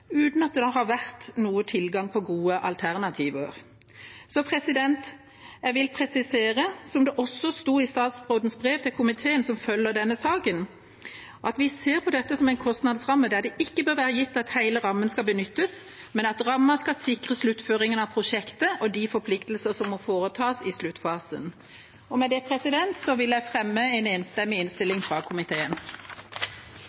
uten at det har vært noe tilgang på gode alternativer. Så jeg vil presisere, som det også sto i statsrådens brev til komiteen som følger denne saken, at vi ser på dette som en kostnadsramme der det ikke bør være gitt at hele rammen skal benyttes, men at rammen skal sikre sluttføringen av prosjektet og de forpliktelser som må foretas i sluttfasen.